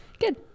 Good